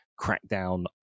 crackdown